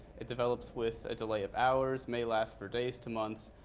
it develops with a delay of hours, may last for days to months,